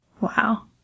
Wow